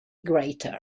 greater